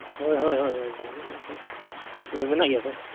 ᱦᱳᱭ ᱦᱳᱭ ᱦᱳᱭ ᱚᱱᱠᱟᱱᱟᱜ ᱢᱮᱱᱟᱜ ᱜᱮᱭᱟ ᱥᱮ